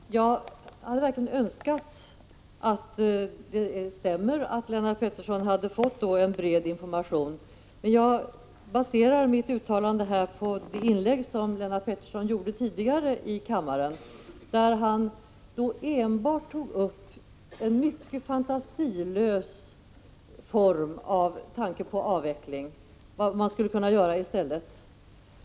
Herr talman! Jag skulle verkligen önska att det vore riktigt och att Lennart Pettersson hade fått en bred information. Men jag baserar mitt uttalande här på det inlägg som Lennart Pettersson gjorde tidigare och där han enbart tog upp en mycket fantasilös tanke på avvecklingen och vad man skulle kunna göra i stället.